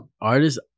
Artists